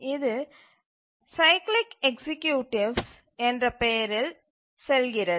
இது cyclic executives என்ற பெயரில் செல்கிறது